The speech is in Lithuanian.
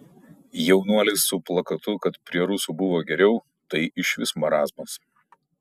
jaunuolis su plakatu kad prie rusų buvo geriau tai išvis marazmas